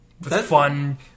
Fun